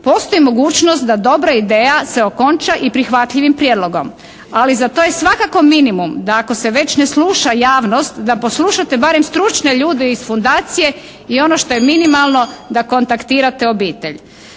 postoji mogućnost da dobra ideja se okonča i prihvatljivim prijedlogom, ali za to je svakako minimum da ako se već ne sluša javnost da poslušate barem stručne ljude iz fundacije i ono što je minimalno da kontaktirate obitelj.